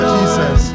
Jesus